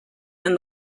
and